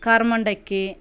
ಖಾರ ಮಂಡಕ್ಕಿ